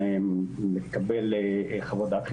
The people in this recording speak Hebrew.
לקבל חוות דעת חיצוניות,